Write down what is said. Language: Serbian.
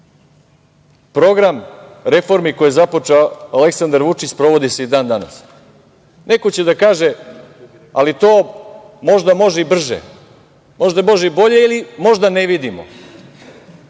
program reformi koje je započeo Aleksandar Vučić sprovodi se i dan danas. Neko će da kaže - ali to možda može i brže, možda može i bolje ili možda ne vidimo.